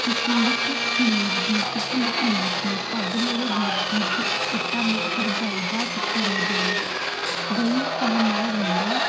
kick ਲਿਕ ਕਲੀਰ ਦੀ ਕਿੱਕਲੀ ਕਲੀਰ ਦੀ ਪੱਗ ਮੇਰੇ ਵੀਰ ਦੀ ਦੁਪੱਟਾ ਮੇ ਭਰਜਾਈ ਦਾ ਫਿੱਟੇ ਮੂੰਹ ਜਵਾਈ ਦਾ ਗਈ ਸਾਂ ਮੈਂ ਰੰਗਾ